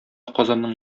казанның